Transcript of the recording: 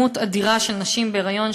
מספר אדיר של נשים בהיריון,